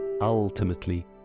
ultimately